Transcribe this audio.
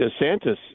DeSantis